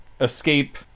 escape